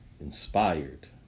inspired